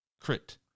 crit